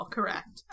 Correct